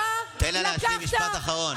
תן לה להשלים משפט אחרון.